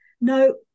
no